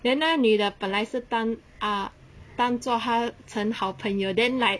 then 那个女的本来是当 ah 当作他很好朋友 then like